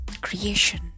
creation